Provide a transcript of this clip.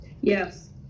yes